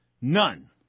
None